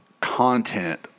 content